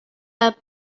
that